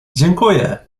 dziękuję